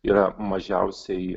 yra mažiausiai